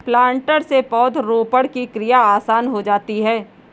planter से पौधरोपण की क्रिया आसान हो जाती है